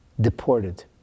deported